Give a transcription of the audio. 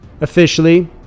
Officially